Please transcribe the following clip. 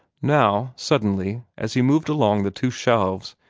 now, suddenly, as he moved along the two shelves,